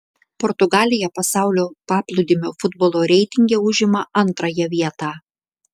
portugalija pasaulio paplūdimio futbolo reitinge užima antrąją vietą